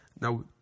Now